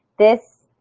this